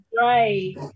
right